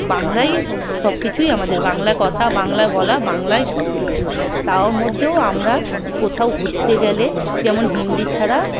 বাংলায় সব কিছুই আমাদের বাংলা কথা বাংলা বলা বাংলায় সব কিছু তাও মধ্যেও আমরা কোথাও ঘুরতে গেলে যেমন হিন্দি ছাড়া